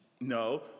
No